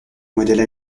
modèle